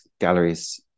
galleries